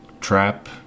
trap